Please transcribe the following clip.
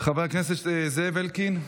אינו נוכח, חבר הכנסת זאב אלקין,